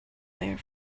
were